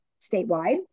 statewide